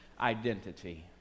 identity